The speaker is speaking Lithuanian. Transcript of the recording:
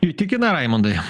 įtikina raimundai